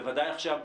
בוודאי עכשיו,